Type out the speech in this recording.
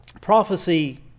Prophecy